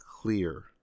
clear